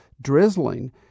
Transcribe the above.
drizzling